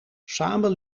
samen